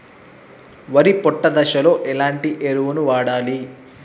వరి పొట్ట దశలో ఎలాంటి ఎరువును వాడాలి?